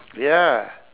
ya